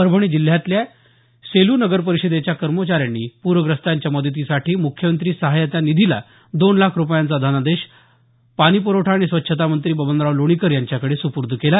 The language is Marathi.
परभणी जिल्ह्यातल्या सेलू नगरपरिषदेच्या कर्मचाऱ्यांनी पूरग्रस्तांच्या मदतीसाठी मुख्यमंत्री सहाय्यता निधीला दोन लाख रूपयांचा धनादेश पाणीप्रवठा आणि स्वच्छता मंत्री बबनराव लोणीकर यांच्याकडे सुपूर्द केला